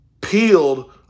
peeled